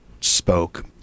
spoke